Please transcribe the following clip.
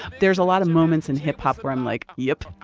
there's a lot of moments in hip-hop where i'm like, yep.